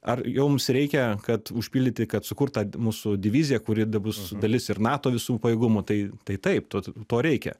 ar jo mums reikia kad užpildyti kad sukurt tą mūsų diviziją kuri da bus dalis ir nato visų pajėgumų tai tai taip to to reikia